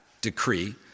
decree